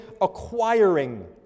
acquiring